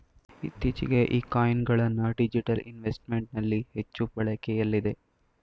ಇತ್ತೀಚೆಗೆ ಈ ಕಾಯಿನ್ ಗಳನ್ನ ಡಿಜಿಟಲ್ ಇನ್ವೆಸ್ಟ್ಮೆಂಟ್ ನಲ್ಲಿ ಹೆಚ್ಚು ಬಳಕೆಯಲ್ಲಿದೆ